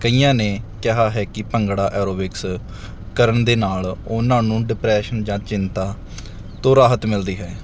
ਕਈਆਂ ਨੇ ਕਿਹਾ ਹੈ ਕਿ ਭੰਗੜਾ ਐਰੋਬਿਕਸ ਕਰਨ ਦੇ ਨਾਲ ਉਹਨਾਂ ਨੂੰ ਡਿਪਰੈਸ਼ਨ ਜਾਂ ਚਿੰਤਾ ਤੋਂ ਰਾਹਤ ਮਿਲਦੀ ਹੈ